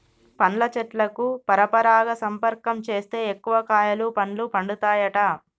పండ్ల చెట్లకు పరపరాగ సంపర్కం చేస్తే ఎక్కువ కాయలు పండ్లు పండుతాయట